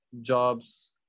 jobs